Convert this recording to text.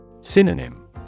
Synonym